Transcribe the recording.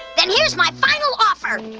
then here's my final offer.